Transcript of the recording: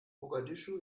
mogadischu